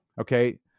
Okay